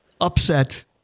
upset